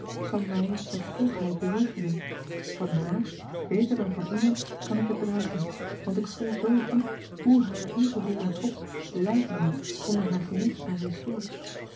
kan mij met hoogheid bejegenen van haar beter dan van iemand kan ik het dragen want ik voel zoo diep hoe haar ingeboren trots lijden moet onder haar gemis aan ressources